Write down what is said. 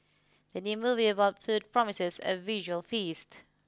the new movie about food promises a visual feast